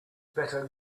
better